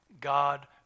God